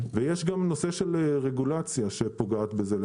יש גם הנושא של הרגולציה שפוגעת בזה.